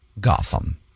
Gotham